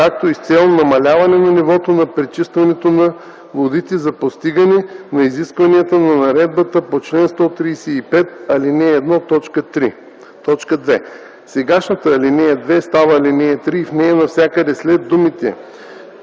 както и с цел намаляване на нивото на прочистването на водите за постигане на изискванията на наредбата по чл.135, ал. 1, т. 3.” 2. Досегашната ал. 2 става ал. 3 и в нея навсякъде след думите